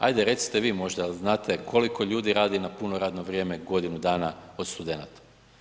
Ajde recite vi možda jel znate koliko ljudi radi na puno radno vrijeme godinu dana od studenata?